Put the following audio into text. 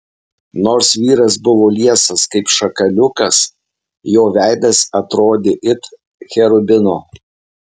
nors vyras buvo liesas kaip šakaliukas jo veidas atrodė it cherubino